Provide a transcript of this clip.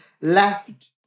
left